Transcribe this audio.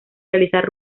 realizar